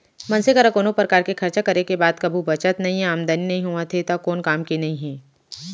मनसे करा कोनो परकार के खरचा करे के बाद कभू बचत नइये, आमदनी नइ होवत हे त कोन काम के नइ हे